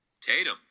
Tatum